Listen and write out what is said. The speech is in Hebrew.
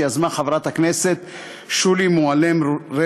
שיזמה חברת הכנסת שולי מועלם-רפאלי.